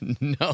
No